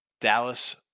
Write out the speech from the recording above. Dallas